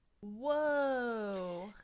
whoa